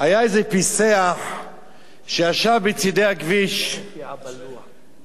היה איזה פיסח שישב בצד הכביש וחיכה